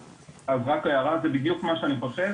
רק הערה: זה בדיוק מה שאני חושב.